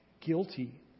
Guilty